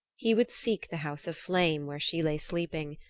he would seek the house of flame where she lay sleeping,